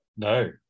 No